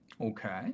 Okay